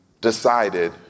decided